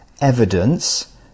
evidence